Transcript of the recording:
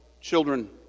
children